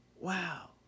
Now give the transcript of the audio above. wow